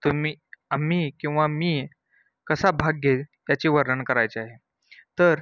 तुम्ही आम्ही किंवा मी कसा भाग घे याचे वर्णन करायचे आहे तर